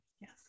Yes